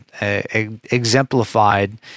exemplified